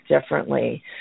differently